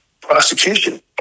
prosecution